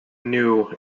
knew